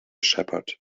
shepherd